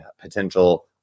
potential